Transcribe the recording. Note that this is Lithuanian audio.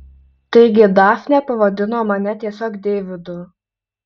taigi dafnė pavadino mane tiesiog deividu